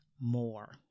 more